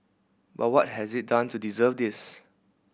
but what has it done to deserve this